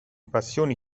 passioni